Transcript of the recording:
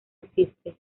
existe